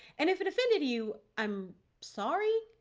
and if an offended you, i'm sorry.